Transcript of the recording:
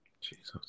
Jesus